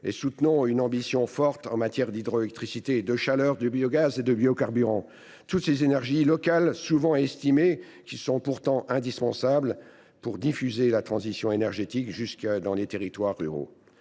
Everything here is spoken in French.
soutenons une ambition forte en matière d’hydroélectricité, de chaleur, de biogaz, de biocarburants, toutes ces énergies locales souvent sous estimées, mais qui sont pourtant indispensables pour diffuser la transition énergétique jusque dans les territoires ruraux.